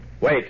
Wait